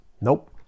Nope